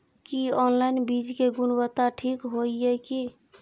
की online बीज के गुणवत्ता ठीक होय ये की?